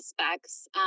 aspects